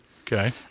Okay